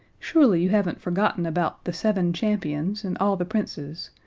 surely you haven't forgotten about the seven champions and all the princes.